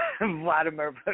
Vladimir